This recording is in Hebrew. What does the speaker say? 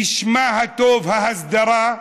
בשמה הטוב: ההסדרה,